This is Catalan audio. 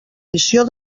missió